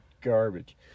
garbage